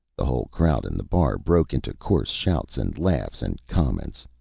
the whole crowd in the bar broke into coarse shouts and laughs and comments.